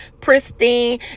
pristine